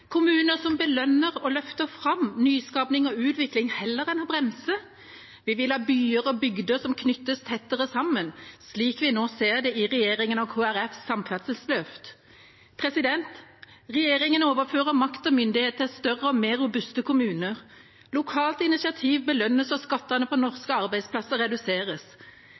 kommuner som belønner og løfter fram nyskaping og utvikling, heller enn å bremse. Vi vil ha byer og bygder som knyttes tettere sammen, slik vi nå ser det i regjeringa og Kristelig Folkepartis samferdselsløft. Regjeringa overfører makt og myndighet til større og mer robuste kommuner. Lokalt initiativ belønnes, og skattene på norske arbeidsplasser reduseres.